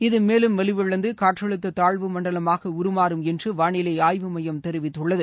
இது மேலும் வலுவிழந்து காற்றழுத்த தாழ்வு மண்டலமாக உரு மாறும் என்று வாளிலை ஆய்வு மையம் தெரிவித்துள்ளது